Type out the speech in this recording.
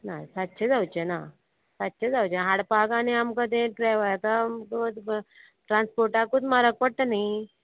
ना सातशें जावचें ना सातशें जावचें हाडपाक आनी आमकां तें ड्रायव्हर आतां आमकां ट्रान्सपोर्टाकूच म्हारग पडटा न्ही